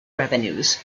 revenues